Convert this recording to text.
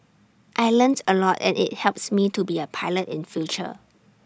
I learns A lot and IT helps me to be A pilot in future